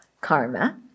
karma